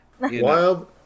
Wild